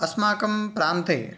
अस्माकं प्रान्ते